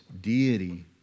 deity